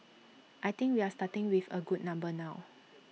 I think we are starting with A good number now